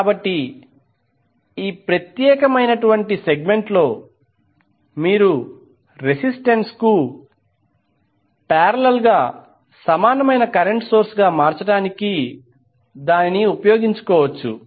కాబట్టి ఈ ప్రత్యేక సెగ్మెంట్ లో మీరు రెసిస్టెన్స్ కు పారేలల్ గా సమానమైన కరెంట్ సోర్స్ గా మార్చడానికి ఉపయోగించుకోవచ్చు